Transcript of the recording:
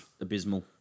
Abysmal